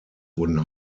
wurden